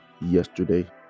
yesterday